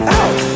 out